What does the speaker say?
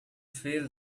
feel